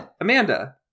Amanda